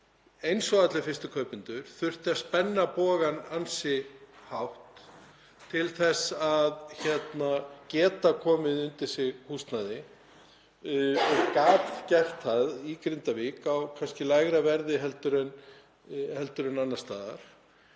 eins og allir fyrstu kaupendur, þurfti að spenna bogann ansi hátt til þess að geta komið undir sig húsnæði og gat gert það í Grindavík á lægra verði en annars staðar,